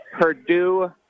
Purdue